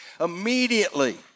immediately